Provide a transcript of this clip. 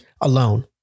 alone